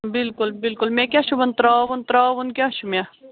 بِلکُل بِلکُل مےٚ کیٛاہ چھُ وَن ترٛاوُن ترٛاوُن کیٛاہ چھُ مےٚ